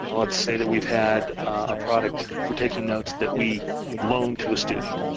let's say that we've had a product for taking notes that we loan to a student.